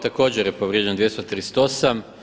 Također je povrijeđen 238.